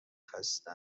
خسته